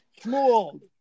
Shmuel